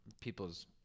people's